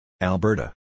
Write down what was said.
Alberta